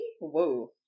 Whoa